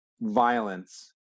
violence